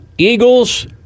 Eagles